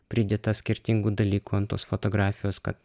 pridėta skirtingų dalykų ant tos fotografijos kad